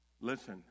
Listen